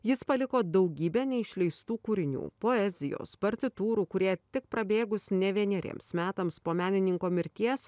jis paliko daugybę neišleistų kūrinių poezijos partitūrų kurie tik prabėgus ne vieneriems metams po menininko mirties